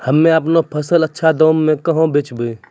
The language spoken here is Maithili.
हम्मे आपनौ फसल अच्छा दामों मे कहाँ बेचबै?